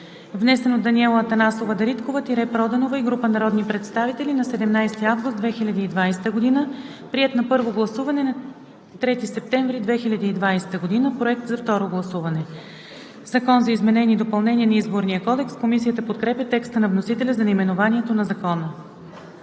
внесен от Даниела Атанасова Дариткова-Проданова и група народни представители на 17 август 2020 г., приет на първо гласуване на 3 септември 2020 г. – Проект за второ гласуване. „Закон за изменение и допълнение на Изборния кодекс“.“ Комисията подкрепя текста на вносителя за наименованието на Закона.